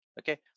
Okay